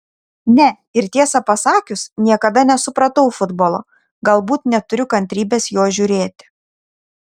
ne ir tiesą pasakius niekada nesupratau futbolo galbūt neturiu kantrybės jo žiūrėti